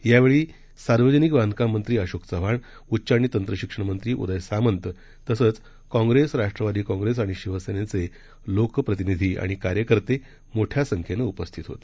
यावेळी सार्वजनिक बांधकाम मंत्री अशोक चव्हाण उच्च आणि तंत्र शिक्षण मंत्री उदय सामंत तसंच काँग्रेस राष्ट्रवादी काँग्रेस आणि शिवसेनेचे लोकप्रतिनिधी आणि कार्यकर्ते मोठ्या संख्येनं उपस्थित होते